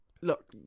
Look